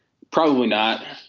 probably not.